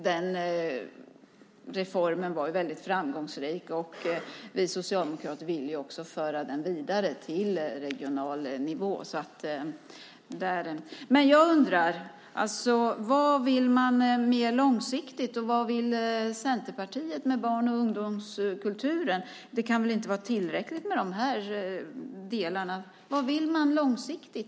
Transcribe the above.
Den reformen var mycket framgångsrik, och vi socialdemokrater ville föra den vidare till regional nivå. Jag undrar emellertid vad ni vill mer långsiktigt och vad Centerpartiet vill med barn och ungdomskulturen. Det kan väl inte vara tillräckligt med de tre delarna? Vad vill ni göra långsiktigt?